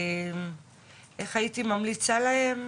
איך הייתי ממליצה להם,